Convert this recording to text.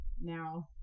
now